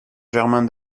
germain